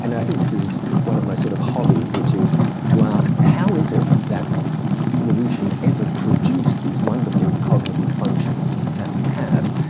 and i think this is one of my sort of hobbies which is to ask, how is it that evolution ever produced these wonderful cognitive functions that we have?